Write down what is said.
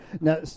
Now